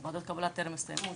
אז ועדות קבלה טרם הסתיימו,